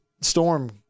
storm